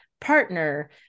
partner